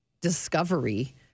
discovery